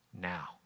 now